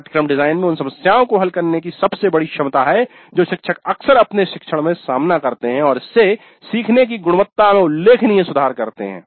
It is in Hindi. पाठ्यक्रम डिजाइन में उन समस्याओं को हल करने की सबसे बड़ी क्षमता है जो शिक्षक अक्सर अपने शिक्षण में सामना करते हैं और इससे सीखने की गुणवत्ता में उल्लेखनीय सुधार करते हैं